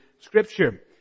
Scripture